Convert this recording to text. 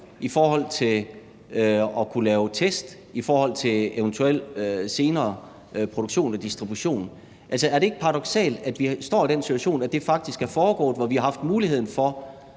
videre med at kunne lave test i forhold til en eventuel senere produktion og distribution. Altså, er det ikke paradoksalt, at vi står i den situation, at det faktisk er foregået, og at man har haft muligheden for